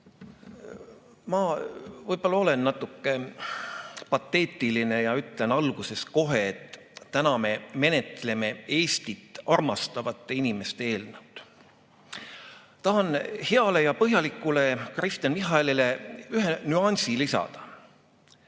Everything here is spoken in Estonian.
Ma võib-olla olen natuke pateetiline ja ütlen alguses kohe, et täna me menetleme Eestit armastavate inimeste eelnõu. Tahan heale ja põhjalikule Kristen Michalile ühe nüansi lisada.